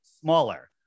smaller